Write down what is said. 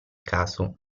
caso